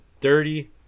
dirty